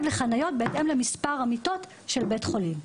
לחניות בהתאם למספר המיטות של בית החולים,